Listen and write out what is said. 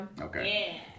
Okay